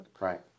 Right